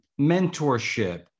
mentorship